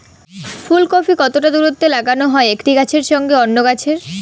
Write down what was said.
ফুলকপি কতটা দূরত্বে লাগাতে হয় একটি গাছের সঙ্গে অন্য গাছের?